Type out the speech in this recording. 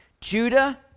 Judah